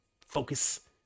focus